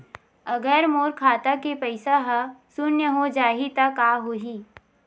अगर मोर खाता के पईसा ह शून्य हो जाही त का होही?